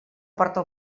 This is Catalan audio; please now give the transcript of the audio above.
aporta